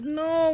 no